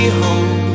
home